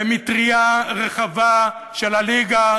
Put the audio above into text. במטרייה רחבה של הליגה